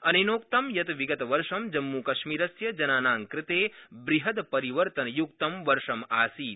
अनेनोक्तं यत् विगतवर्ष जम्मूकश्मीरस्य जनानांकृते बृहदपरिवर्तनयुक्तं वर्षमासीत्